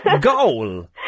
Goal